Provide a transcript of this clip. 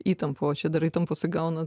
įtampų o čia dar įtampos įgauna